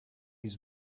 his